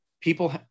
people